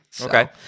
Okay